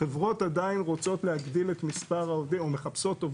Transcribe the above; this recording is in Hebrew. החברות עדיין רוצות להגדיל את מספר העובדים,